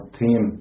team